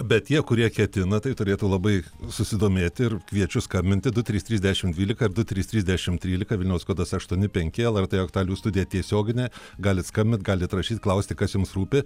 bet tie kurie ketina tai turėtų labai susidomėti ir kviečiu skambinti du trys trys dešimt dvylika du trys trys dešimt trylika vilniaus kodas aštuoni penki lrt aktualijų studija tiesioginė galitskambint galit rašyti klausti kas jums rūpi